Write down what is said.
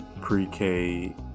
pre-K